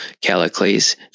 Callicles